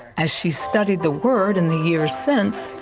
as she studied the word in the years since,